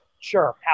Sure